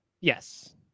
Yes